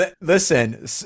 Listen